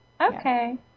Okay